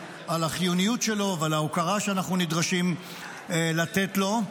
החיוניות שלו ועל ההוקרה שאנחנו נדרשים לתת לו.